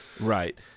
Right